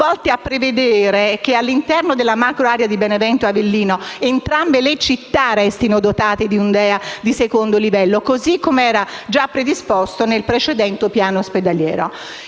a prevedere che, all'interno della macroarea di Benevento e Avellino, entrambe le città restino dotate di un DEA di secondo livello, così come già predisposto nel precedente piano ospedaliero.